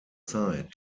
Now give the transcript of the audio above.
zeit